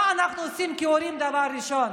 מה אנחנו עושים כהורים דבר ראשון?